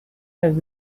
has